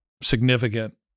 significant